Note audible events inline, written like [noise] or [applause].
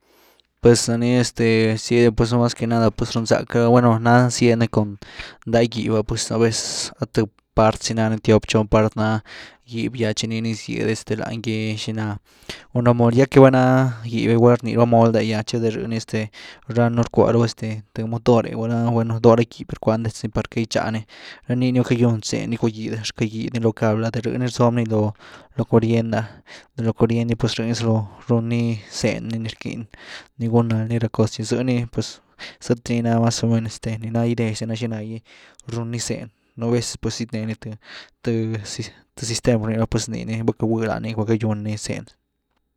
Pues za ni este sied, pues mas que nada pues riwnzack [unintelligible] nany zied ni cun nday gib’ah pues a vez ah th part zy nani, tiop, xon part na gib gy tchi ni zyed este lány gy xina cun ra mold, gýa que vaná gib gy gulá rnii raba mold’e gy’ah tchi de rëny ah este nánu rckwa raba este th motor’e gulá, bueno, do ra gib’e rckwa raba detz ni par quiety gytxa ni, ra nii ni va ckagywn zeny gyckw gyd, rcagyëd loo cabl’ah de rïh ni rzob ni lo-lo curiend, de lo curiend gy pues rï ni rzalo ruuni zëny ni rckyn gunny ra ni cos gy zëny, pues zëty ni na mas o men nii ná idea xtena xina gy run ni zeny, nú vez tuzy siet neny th–th sistema rny raba, pues nii ni va ckagwy lani gún ni zeny.